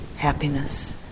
happiness